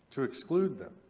to exclude them?